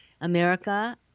America